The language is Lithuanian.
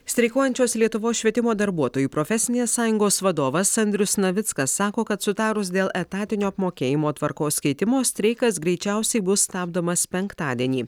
streikuojančios lietuvos švietimo darbuotojų profesinės sąjungos vadovas andrius navickas sako kad sutarus dėl etatinio apmokėjimo tvarkos keitimo streikas greičiausiai bus stabdomas penktadienį